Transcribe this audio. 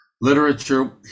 literature